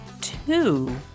two